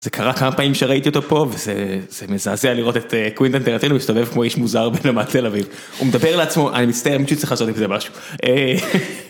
זה קרה כמה פעמים שראיתי אותו פה וזה מזעזע לראות את קוונטין טרנטינו מסתובב כמו איש מוזר בנמל תל אביב. הוא מדבר לעצמו, אני מצטער, מישהו צריך לעשות עם זה משהו.